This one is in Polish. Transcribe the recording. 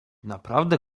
naprawdę